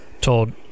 told